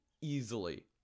easily